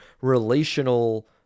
relational